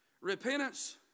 repentance